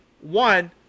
One